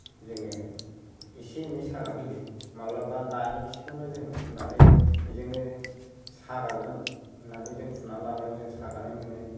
जोङो इसे एनै सागाहोयो माब्लाबा नानि खिखौनो जोङो फुननानै बिजोंनो सागागोन होननानै जों फुननानै लानायाव जों सागानाय मोनो